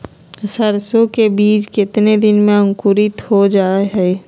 सरसो के बीज कितने दिन में अंकुरीत हो जा हाय?